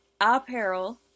apparel